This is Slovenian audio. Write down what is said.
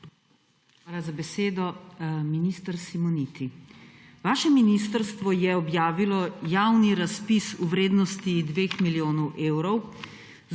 Hvala za besedo. Minister Simoniti, vaše ministrstvo je objavilo javni razpis v vrednosti 2 milijonov evrov